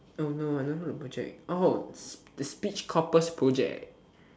oh no I don't know the project oh the speech corpus project